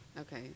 Okay